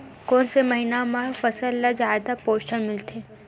कोन से महीना म फसल ल जादा पोषण मिलथे?